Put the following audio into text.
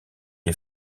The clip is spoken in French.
est